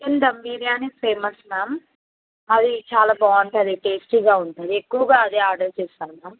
chicken dum biryani famous ma'am అవి చాలా బాగుంటుంది టేస్టీగా ఉంటది ఎక్కువగా అదే ఆర్డర్ చేస్తారు మ్యామ్